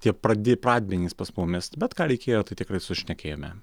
tie pradi pradmenys pas mumis bet ką reikėjo tai tikrai sušnekėjome